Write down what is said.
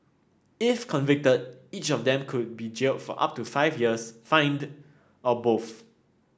if convicted each of them could be jailed for up to five years fined or both